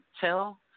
tell